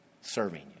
serving